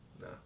no